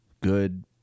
good